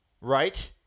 right